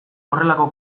horrelako